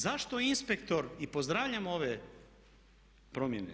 Zašto inspektor i pozdravljam ove promjene.